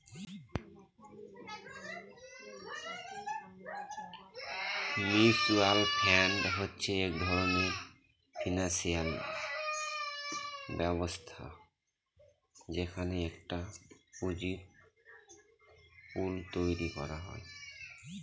mutual fund হচ্ছে এক ধরনের ফিনান্সিয়াল ব্যবস্থা যেখানে একটা পুঁজির পুল তৈরী করা হয়